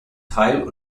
teil